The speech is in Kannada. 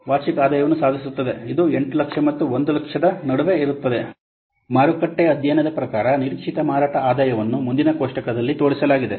ಮಾರುಕಟ್ಟೆ ಅಧ್ಯಯನದ ಪ್ರಕಾರ ನಿರೀಕ್ಷಿತ ಮಾರಾಟ ಮಾರುಕಟ್ಟೆ ಅಧ್ಯಯನದ ಪ್ರಕಾರ ನಿರೀಕ್ಷಿತ ಮಾರಾಟ ಆದಾಯವನ್ನು ಮುಂದಿನ ಕೋಷ್ಟಕದಲ್ಲಿ ತೋರಿಸಲಾಗಿದೆ